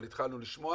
אבל התחלנו לשמוע,